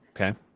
Okay